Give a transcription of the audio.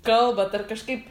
kalbat ar kažkaip